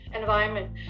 environment